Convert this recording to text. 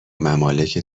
ممالک